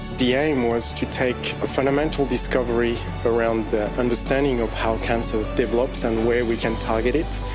the aim was to take a fundamental discovery around the understanding of how cancer develops and where we can target it,